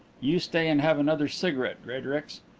you stay and have another cigarette, greatorex.